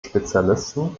spezialisten